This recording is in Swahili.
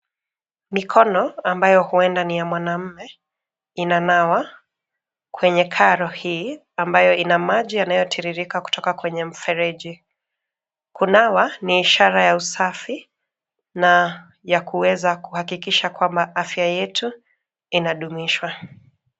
Mikono ambayo huenda ni ya mwanamume inanawa kwenye karo hii ambayo ina maji yanayotiririka kutoka kwenye mfereji. Kunawa ni ishara ya usafi na ya kuweza kuhakikisha kwamba afya yetu inadumishwa.